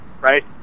right